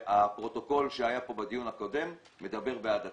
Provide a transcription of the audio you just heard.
והפרוטוקול שהיה פה בדיון הקודם מדבר בעד עצמו.